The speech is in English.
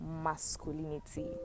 Masculinity